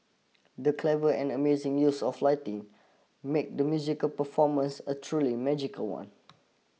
the clever and amazing use of lighting made the musical performance a truly magical one